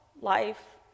life